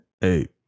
hey